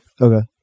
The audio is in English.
Okay